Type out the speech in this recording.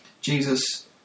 Jesus